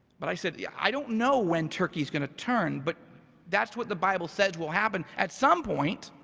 but i said yeah i don't know when turkey's going to turn, but that's what the bible says will happen at some point.